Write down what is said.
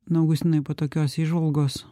nu augustinui po tokios įžvalgos